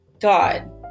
God